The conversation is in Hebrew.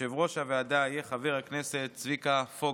יושב-ראש הוועדה יהיה חבר הכנסת צביקה פוגל.